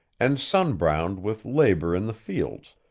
and sun-browned with labor in the fields,